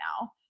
now